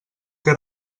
què